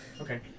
Okay